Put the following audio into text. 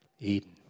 Eden